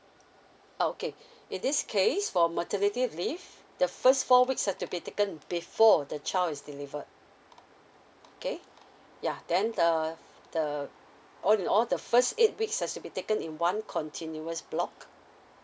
okay in this case for maternity leave the first four weeks have to be taken before the child is deliver okay ya then err the all in all the first eight weeks has to be taken in one continuous block